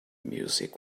music